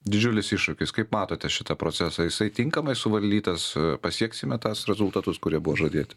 didžiulis iššūkis kaip matote šitą procesą jisai tinkamai suvaldytas pasieksime rezultatus kurie buvo žadėti